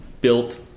built